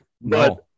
no